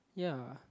ya